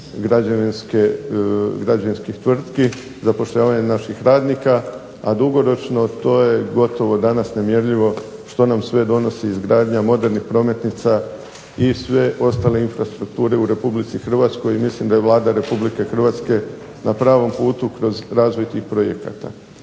naše građevinskih tvrtki, zapošljavanje naših radnika, a dugoročno to je gotovo danas nemjerljivo što nam sve donosi izgradnja modernih prometnica i sve ostale infrastrukture u RH. I mislim da je Vlada Republike Hrvatske na pravom putu kroz razvoj tih projekata.